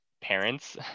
parents